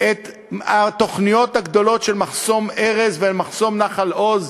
את התוכניות הגדולות של מחסום ארז ומחסום נחל-עוז,